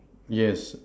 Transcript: yes